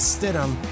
Stidham